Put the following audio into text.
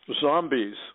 Zombies